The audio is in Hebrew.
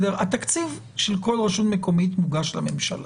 התקציב של כל רשות מקומית מוגש לממשלה.